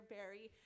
Barry